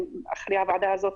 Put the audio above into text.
אחרי הוועדה הזאת,